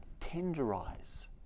tenderize